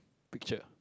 picture